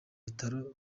bitaro